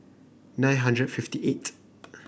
nine hundred fifty eight